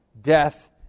death